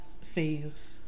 phase